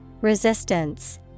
Resistance